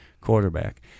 quarterback